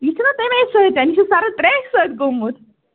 یہِ چھُ نہ تمے سۭتۍ یہِ چھُ سرد تریش سۭتۍ گوٚمُت